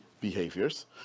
behaviors